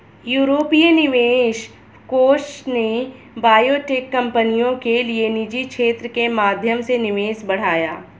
यूरोपीय निवेश कोष ने बायोटेक कंपनियों के लिए निजी क्षेत्र के माध्यम से निवेश बढ़ाया